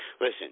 Listen